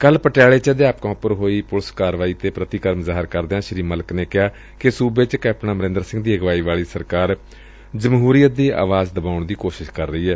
ਕੱਲ ਪਟਿਆਲੇ ਚ ਅਧਿਆਪਕਾ ਉਪਰ ਹੋਈ ਪੁਲਿਸ ਕਾਰਵਾਈ ਤੇ ਪ੍ਰਤੀਕਰਮ ਜ਼ਾਹਿਰ ਕਰਦਿਆ ਸ੍ਰੀ ਮਲਿਕ ਨੇ ਕਿਹਾ ਕਿ ਸੁਬੇ ਚ ਕੈਪਟਨ ਅਮਰਿਦਰ ਸਿੰਘ ਦੀ ਅਗਵਾਈ ਵਾਲੀ ਸਰਕਾਰ ਜਮਹਰੀਅਤ ਦੀ ਆਵਾਜ਼ ਦਬਾਉਣ ਦੀ ਕੋਸ਼ਿਸ਼ ਕਰ ਰਹੀ ਏ